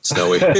Snowy